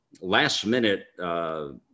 last-minute